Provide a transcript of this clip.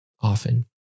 often